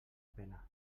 pena